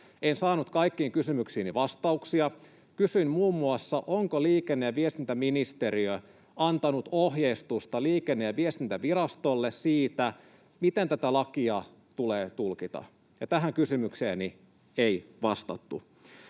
En saanut kaikkiin kysymyksiini vastauksia. Kysyin muun muassa, onko liikenne- ja viestintäministeriö antanut ohjeistusta Liikenne- ja viestintävirastolle siitä, miten tätä lakia tulee tulkita, ja tähän kysymykseeni ei vastattu.